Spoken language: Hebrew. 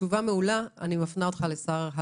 תשובה מעולה, אני מפנה אותך לשר הרווחה.